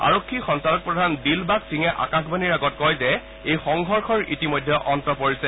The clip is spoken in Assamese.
আৰক্ষী সঞ্চালক প্ৰধান দিলবাগ সিঙে আকাশবাণীৰ আগত কয় যে এই সংঘৰ্ষৰ ইতিমধ্যে অন্ত পৰিছে